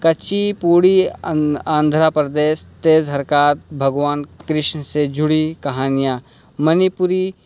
کچی پوڑی آندھرا پردیش تیز حرکات بھگوان کرشن سے جڑی کہانیاں منی پوری